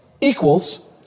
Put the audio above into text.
equals